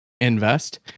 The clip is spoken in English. invest